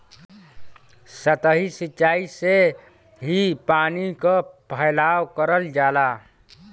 सतही सिचाई से ही पानी क फैलाव करल जाला